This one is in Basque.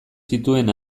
zituen